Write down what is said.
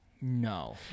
No